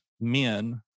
men